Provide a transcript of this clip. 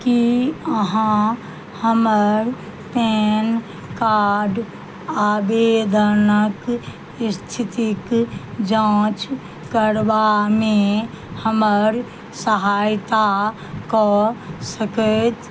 की अहाँ हमर PAN card आवेदनक स्थितिक जाँच करबामे हमर सहायता कऽ सकैत